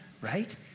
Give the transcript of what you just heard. right